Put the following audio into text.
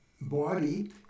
body